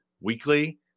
weekly